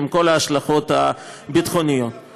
עם כל ההשלכות הביטחוניות.